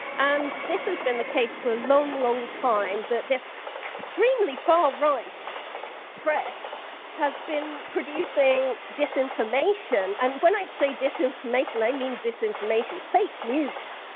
and this has been the case for a long, long time that this extremely far-right press has been producing disinformation, and when i say disinformation, i mean disinformation, fake news,